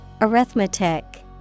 Arithmetic